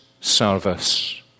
service